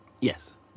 Yes